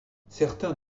certains